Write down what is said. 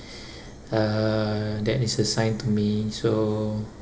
uh that is assigned to me so